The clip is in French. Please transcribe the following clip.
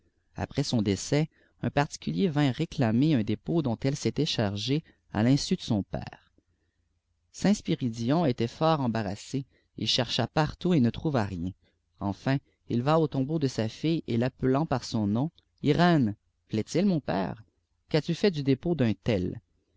après son décès un particulier vint réclamer un dépôt dont elle s'était chargée à l'insu de son père saint spiridion était fort embarrassé d chercha artout et ne trouva rien enfin il va au tombeau de sa fille et appelant par son nom irène plaît îl mon pèreî qu'asrtu ait du dépôt d'un tel